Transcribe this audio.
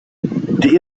die